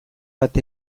bat